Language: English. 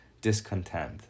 discontent